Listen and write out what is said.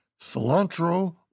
Cilantro